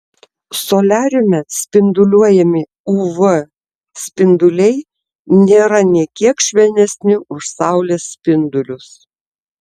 soliariume spinduliuojami uv spinduliai nėra nė kiek švelnesni už saulės spindulius